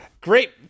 Great